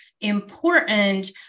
important